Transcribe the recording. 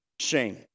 shame